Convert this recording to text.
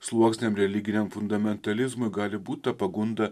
sluoksniam religiniam fundamentalizmui gali būt ta pagunda